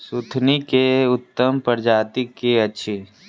सुथनी केँ उत्तम प्रजाति केँ अछि?